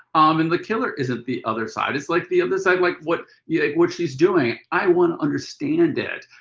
um and the killer isn't the other side. it's like the other side like what yeah like what she's doing, i want to understand it.